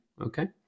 okay